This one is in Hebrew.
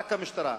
רק המשטרה.